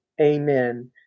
Amen